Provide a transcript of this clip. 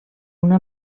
una